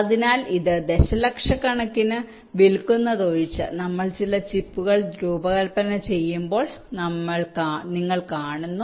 അതിനാൽ അത് ദശലക്ഷക്കണക്കിന് വിൽക്കുന്നതൊഴിച്ച്നമ്മൾ ചില ചിപ്പുകൾ രൂപകൽപ്പന ചെയ്യുമ്പോൾ നിങ്ങൾ കാണുന്നു